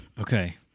Okay